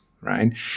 right